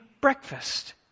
breakfast